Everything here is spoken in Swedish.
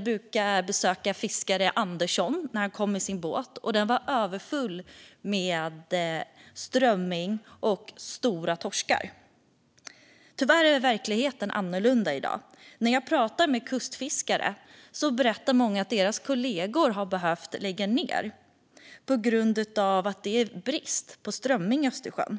brukade ofta besöka fiskaren Andersson när han kom med sin båt, som då var överfull med strömming och stora torskar. Tyvärr är verkligheten annorlunda i dag. När jag pratar med kustfiskare berättar många att deras kollegor har behövt lägga ned på grund av bristen på strömming i Östersjön.